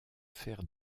faire